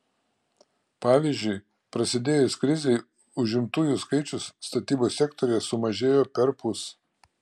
pavyzdžiui prasidėjus krizei užimtųjų skaičius statybos sektoriuje sumažėjo perpus